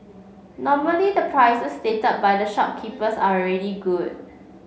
normally the prices stated by the shopkeepers are already good